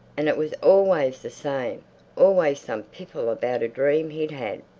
and it was always the same always some piffle about a dream he'd had,